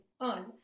on